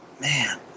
man